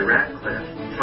Ratcliffe